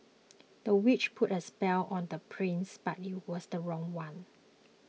the witch put a spell on the prince but it was the wrong one